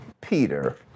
Peter